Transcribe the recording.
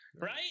right